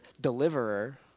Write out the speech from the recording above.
deliverer